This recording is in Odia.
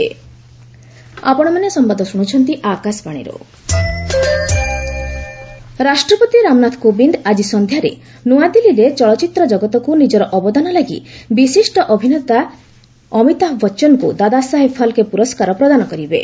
ଅମିତାଭ୍ ବଚନ ଆୱାଡ଼ୁ ରାଷ୍ଟ୍ରପତି ରାମନାଥ କୋବିନ୍ଦ ଆଜି ସନ୍ଧ୍ୟାରେ ନୂଆଦିଲ୍ଲୀରେ ଚଳଚ୍ଚିତ୍ର ଜଗତକୁ ନିଜର ଅବଦାନ ଲାଗି ବିଶିଷ୍ଟ ଅଭିନେତା ଅମିତାଭ ବଚ୍ଚନଙ୍କୁ ଦାଦା ସାହେବ ଫାଲ୍କେ ପୁରସ୍କାର ପ୍ରଦାନ କରିବେ